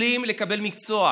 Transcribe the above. כלים לקבל מקצוע,